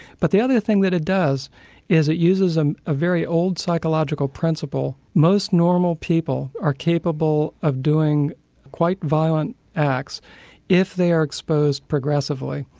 but the other thing that it does is that it uses um a very old psychological principle. most normal people are capable of doing quite violent acts if they are exposed progressively.